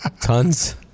tons